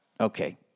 okay